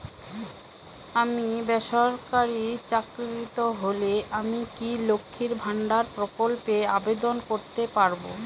আমি বেসরকারি চাকরিরত হলে আমি কি লক্ষীর ভান্ডার প্রকল্পে আবেদন করতে পারব?